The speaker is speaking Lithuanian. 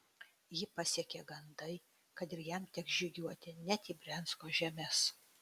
jį pasiekė gandai kad ir jam teks žygiuoti net į briansko žemes